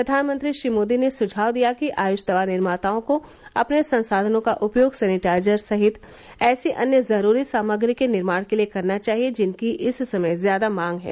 प्रधानमंत्री श्री मोदी ने सुझाव दिया कि आयुष दवा निर्माताओं को अपने संसाधनों का उपयोग सेनिटाइजर सहित ऐसी अन्य जरूरी सामग्री के निर्माण के लिए करना चाहिए जिनकी इस समय ज्यादा मांग है